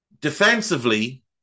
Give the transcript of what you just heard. Defensively